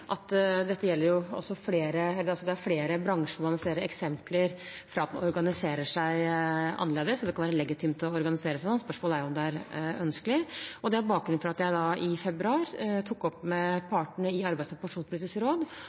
det flere bransjer der man ser eksempler på at en organiserer seg annerledes, og det kan være legitimt å organisere seg sånn. Spørsmålet er om det er ønskelig. Det er bakgrunnen for at jeg i februar tok opp med partene i Arbeidslivs- og pensjonspolitisk råd